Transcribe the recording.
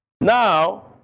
Now